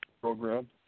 program